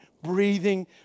breathing